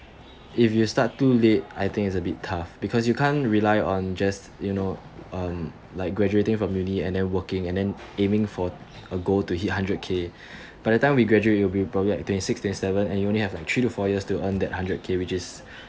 if you start too late I think is a bit tough because you can't rely on just you know um like graduating from uni and then working and then aiming for a goal to hit hundred K by the time we graduate will be probably I think twenty six twenty seven and you only have like three to four years to earn that hundred k which is